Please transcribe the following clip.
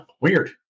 weird